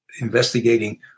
investigating